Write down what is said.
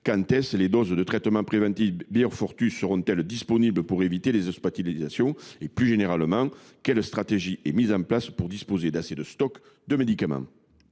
quand les doses du traitement préventif Beyfortus seront elles disponibles afin d’éviter les hospitalisations ? Plus généralement, quelle stratégie est mise en place pour disposer de stocks de médicaments